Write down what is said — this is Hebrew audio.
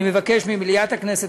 אני מבקש ממליאת הכנסת,